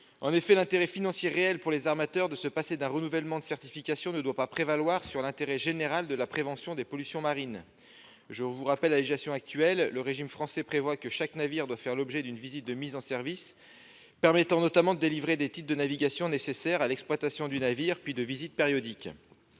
En effet, l'intérêt financier réel pour les armateurs de se passer d'un renouvellement de certification ne doit pas prévaloir sur l'intérêt général de la prévention des pollutions marines. Je tiens à rappeler la législation actuelle : le régime français prévoit que chaque navire doit faire l'objet, d'abord, d'une visite de mise en service, permettant notamment de délivrer les titres de navigation nécessaires à l'exploitation du navire, puis de visites périodiques.